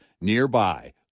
nearby